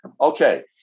Okay